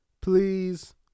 please